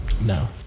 No